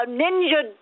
ninja